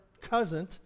cousin